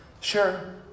Sure